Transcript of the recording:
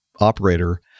operator